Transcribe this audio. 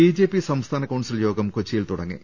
BJP സംസ്ഥാന council യോഗം കൊച്ചിയിൽ തുടങ്ങി